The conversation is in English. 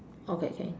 okay okay